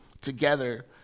together